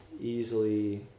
easily